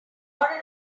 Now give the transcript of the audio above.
another